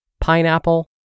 Pineapple